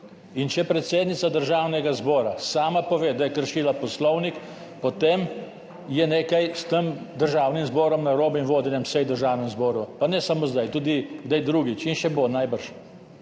Če predsednica Državnega zbora sama pove, da je kršila poslovnik, potem je nekaj z Državnim zborom narobe, in vodenjem sej v Državnem zboru. Pa ne samo zdaj, tudi kdaj drugič, in še bo, najbrž.